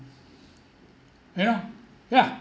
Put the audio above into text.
you know yeah